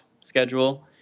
schedule